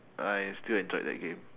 I have still enjoyed that game